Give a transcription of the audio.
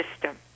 system